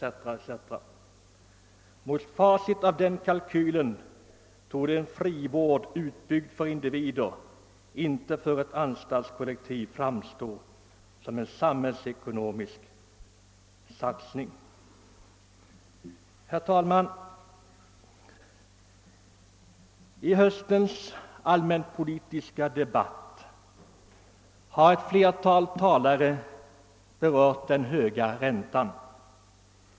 Mot bakgrunden av en sådan kalkyl torde en frivård, utbyggd för individer och inte för ett anstaltskollektiv framstå som en även samhällsekonomiskt lönande satsning. Herr talman! I denna allmänpolitiska debatt har ett flertal talare berört den höga räntan.